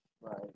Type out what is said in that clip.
Right